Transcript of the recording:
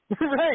Right